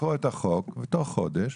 לקרוא את החוק ותוך חודש,